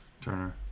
Turner